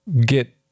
get